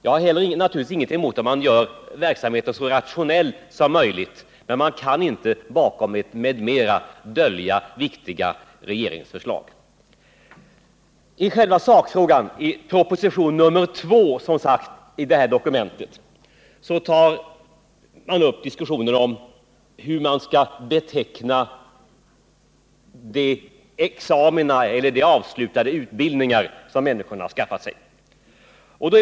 Jag har naturligtvis ingenting emot att man gör verksamheten så rationell som möjligt, men man kan inte bakom ett ”m.m.” dölja viktiga regeringsförslag. I själva sakfrågan, i proposition nr 2 i detta dokument, tas det upp en diskussion om hur man skall beteckna de examina eller de avslutade utbildningar som människorna skaffat sig.